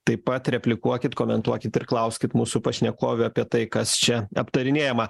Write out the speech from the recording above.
taip pat replikuokit komentuokit ir klauskit mūsų pašnekovių apie tai kas čia aptarinėjama